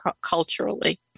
culturally